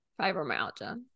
fibromyalgia